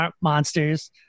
monsters